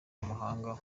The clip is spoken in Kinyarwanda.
amahanga